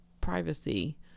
privacy